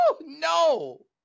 no